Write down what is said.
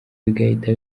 bigahita